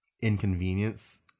inconvenience